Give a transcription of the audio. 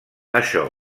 això